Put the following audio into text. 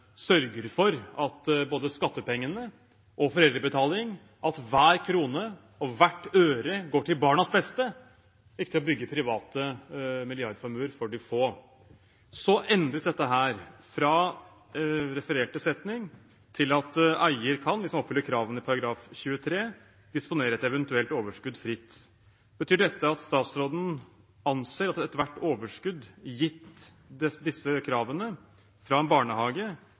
sørger for at både skattepengene og foreldrebetalingen – at hver krone og hvert øre går til barnas beste, ikke til bygge private milliardformuer for de få. Så endres dette, fra den refererte setningen til at eier kan, hvis de oppfyller kravene i § 23, disponere et eventuelt overskudd fritt. Betyr dette at statsråden anser at ethvert overskudd, gitt disse kravene, fra en barnehage,